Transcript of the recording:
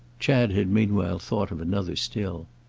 chad had meanwhile thought of another still.